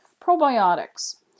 Probiotics